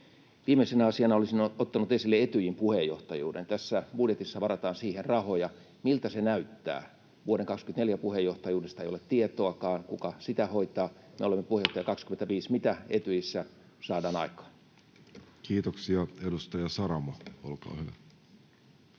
Viimeisenä asiana olisin ottanut esille Etyjin puheenjohtajuuden. Tässä budjetissa varataan siihen rahoja. Miltä se näyttää? Vuoden 24 puheenjohtajuudesta ei ole tietoakaan, kuka sitä hoitaa. Me olemme puheenjohtaja 25. Mitä Etyjissä saadaan aikaan? Kiitoksia. — Edustaja Saramo, olkaa hyvä.